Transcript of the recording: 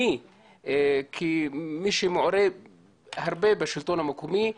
אני כמי שמעורה הרבה בשלטון המקומי,